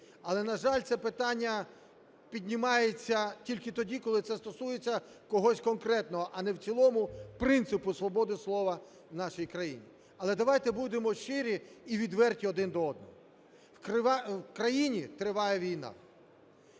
Але, на жаль, це питання піднімається тільки тоді, коли це стосується когось конкретного, а не в цілому принципу свободи слова в нашій країні. Але давайте будемо щирі і відверті один до одного, в країні триває війна,